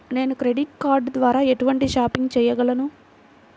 నేను credit card ద్వార ఎటువంటి షాపింగ్ చెయ్యగలను?